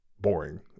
Boring